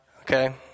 okay